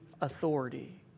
authority